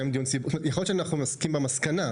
יכול להיות שאנחנו נסכים במסקנה,